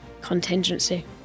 Contingency